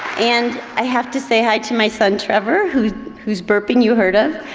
and i have to say hi to my son trevor who's who's burping you heard of.